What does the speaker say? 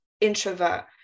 introvert